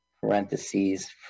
parentheses